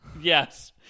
Yes